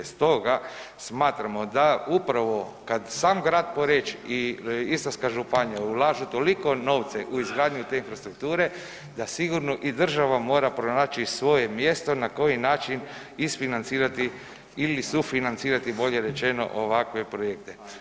Stoga smatramo da upravo kad sam grad Poreč i Istarska županija ulažu toliko novce u izgradnju te infrastrukture da sigurno i država mora pronaći svoje mjesto na koji način izfinancirati ili sufinancirati bolje rečeno ovakve projekte.